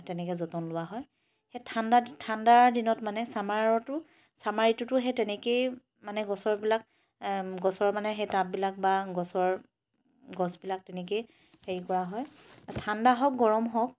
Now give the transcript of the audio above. তেনেকৈ যতন লোৱা হয় সেই ঠাণ্ডাত ঠাণ্ডা দিনত মানে ছামাৰতো ছামাৰ ঋতুটো মানে সেনেকৈয়ে গছৰ এইবিলাক মানে গছৰ মানে সেই টাববিলাক গছৰ গছবিলাক তেনেকৈয়ে সেই কৰা হয় ঠাণ্ডা হওক গৰম হওক